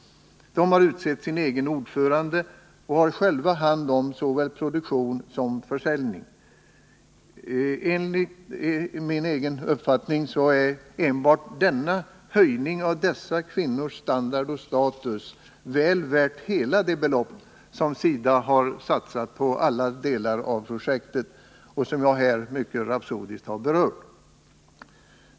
De har utsett sin egen ordförande och har själva hand om såväl produktion som försäljning. Enligt min uppfattning är enbart denna höjning av dessa kvinnors standard och status väl värd hela det belopp som SIDA satsat på alla de delar av projektet som jag här mycket rapsodiskt har berört.